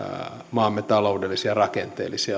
maamme taloudellisia ja rakenteellisia ongelmia